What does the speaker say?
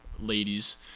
ladies